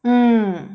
mm